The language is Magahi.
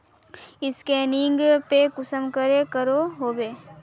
स्कैनिंग पे कुंसम करे करो होबे?